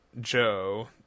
Joe